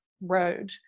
road